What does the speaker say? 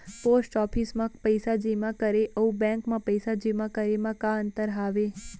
post office मा पइसा जेमा करे अऊ बैंक मा पइसा जेमा करे मा का अंतर हावे